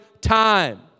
time